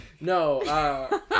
no